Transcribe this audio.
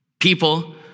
People